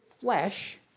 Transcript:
flesh